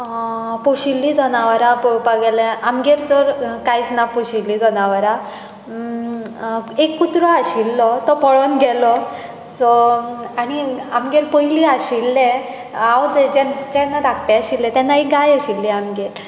पोशिल्लीं जनावरां पळोवपाक गेल्यार आमगेर चड कांयच ना पोशिल्लीं जनावरां एक कुत्रो आशिल्लो तो पळोन गेलो सो आनी आमगेर पयली आशिल्ले हांव जेन्ना धाकटे आशिल्लें तेन्ना एक गाय आशिल्ली आमगेर